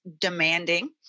demanding